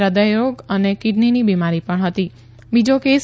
હૃદયરોગ અને કીડનીની બીમારી પણ હતી બીજો કેસ